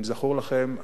אם זכור לכם,